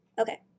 Okay